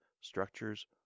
structures